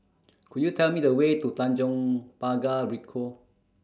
Could YOU Tell Me The Way to Tanjong Pagar Ricoh